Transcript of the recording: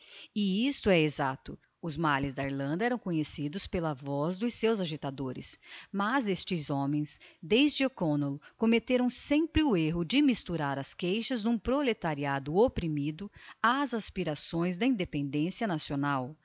e isto é exacto os males da irlanda eram conhecidos pela voz dos seus agitadores mas estes homens desde o'connell cometteram sempre o erro de misturar as queixas d'um proletariado opprimido ás aspirações d'independencia nacional